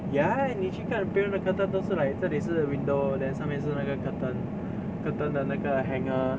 ya 你去看別人的 curtain 都是 like 这里是 window then 上面是那个 curtain curtain 的那个 hanger